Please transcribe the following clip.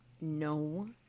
No